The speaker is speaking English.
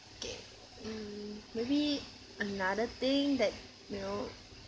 K mm maybe another thing that you know